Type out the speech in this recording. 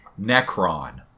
Necron